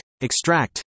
extract